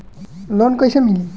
Loan कइसे मिली?